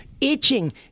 Itching